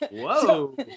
whoa